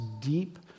deep